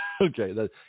Okay